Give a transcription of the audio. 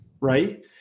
right